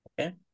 Okay